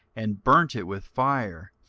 and burnt it with fire,